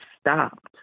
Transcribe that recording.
stopped